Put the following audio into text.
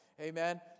Amen